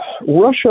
Russia